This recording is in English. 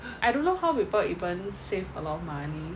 I don't know how people even save a lot of money